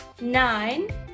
nine